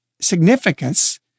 significance